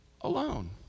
alone